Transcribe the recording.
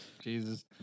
Jesus